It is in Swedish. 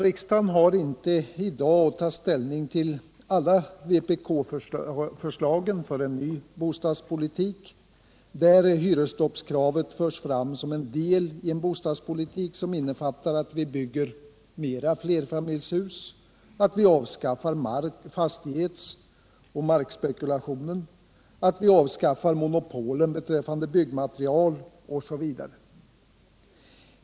Riksdagen skall inte i dag ta ställning till alla vpk-förslagen om en ny bostadspoliuk, där hyresstoppskravet förs fram som en del i en bostadspolitik som innebär att vi bygger mer flerfamiljshus, att vi avskaffar fastighets och markspekulation, att vi avskaffar monopolen beträffande byggmaterial osv.